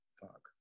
fuck